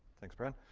thanks, brad.